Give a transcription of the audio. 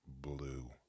blue